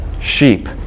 sheep